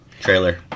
trailer